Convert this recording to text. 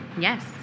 yes